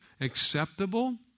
acceptable